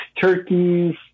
turkeys